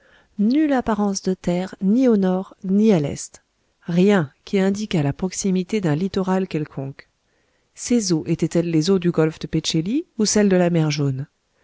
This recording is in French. nulle apparence de terre ni au nord ni à l'est rien qui indiquât la proximité d'un littoral quelconque ces eaux étaient-elles les eaux du golfe de pé tché li ou celles de la mer jaune